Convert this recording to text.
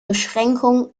beschränkungen